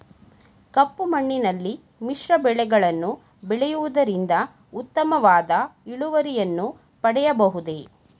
ಕಪ್ಪು ಮಣ್ಣಿನಲ್ಲಿ ಮಿಶ್ರ ಬೆಳೆಗಳನ್ನು ಬೆಳೆಯುವುದರಿಂದ ಉತ್ತಮವಾದ ಇಳುವರಿಯನ್ನು ಪಡೆಯಬಹುದೇ?